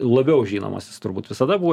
labiau žinomas jis turbūt visada buvo